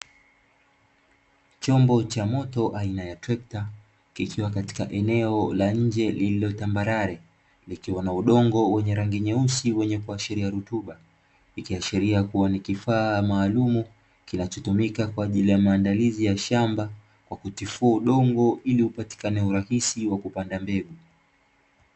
Chombo cha moto aina ya trekta kikiwa katika eneo la nje lililo tambarare likiwa na udongo wenye rangi nyeusi wenye kuashiria rutuba, ikiashiria ni kifaa maalumu kinachotumika kwa ajili ya maandalizi ya shamba kwa kutifua udongo ili upatikane urahisi wa kupanda mbegu.